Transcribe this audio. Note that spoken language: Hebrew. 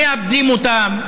מאבדים אותם,